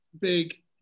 big